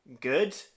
good